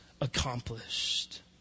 accomplished